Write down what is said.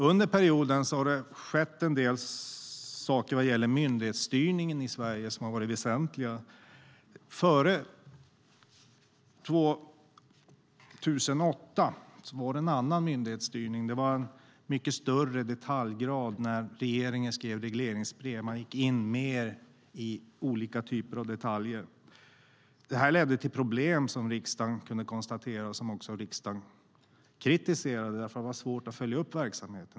Under perioden har det skett en del väsentliga saker vad gäller myndighetsstyrningen i Sverige. Före 2008 var det en annan myndighetsstyrning. Det var en mycket större detaljgrad när regeringen skrev regleringsbrev. Man gick in mer i olika typer av detaljer. Detta ledde till problem som riksdagen kunde konstatera och som riksdagen också kritiserade. Det var svårt att följa upp verksamheten.